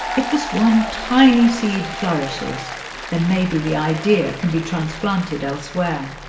if this one tiny seed flourishes then maybe the idea can be transplanted elsewhere.